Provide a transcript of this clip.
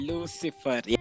Lucifer